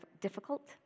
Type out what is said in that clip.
difficult